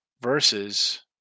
versus